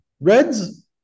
Red's